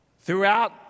Throughout